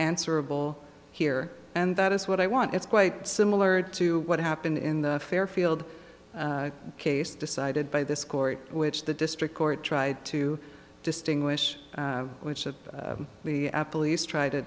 answerable here and that is what i want it's quite similar to what happened in the fairfield case decided by this court which the district court tried to distinguish which of the apple least try to